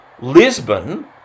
Lisbon